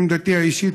עמדתי האישית,